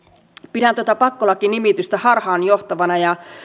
pidän tuota pakkolaki nimitystä harhaanjohtavana ja